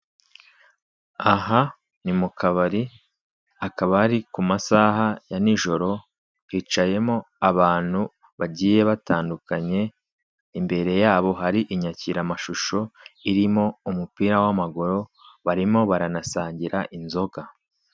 Aha ni mu kabari, akaba ari ku masaha ya nijoro, hicayemo abantu bagiye batandukanye, imbere yabo hari inyakiramashusho irimo umupira w'amaguru, barimo baranasangira inzoga.